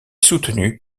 soutenu